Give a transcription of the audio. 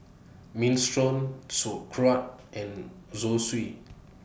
Minestrone Sauerkraut and Zosui